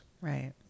right